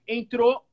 entrou